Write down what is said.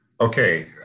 Okay